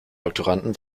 doktoranden